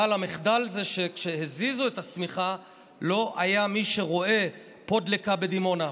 אבל המחדל זה שכשהזיזו את השמיכה לא היה מי שרואה פה דלקה בדימונה,